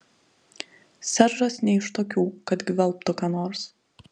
seržas ne iš tokių kad gvelbtų ką nors